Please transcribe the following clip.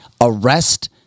arrest